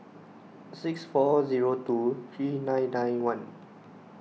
six four zero two three nine nine one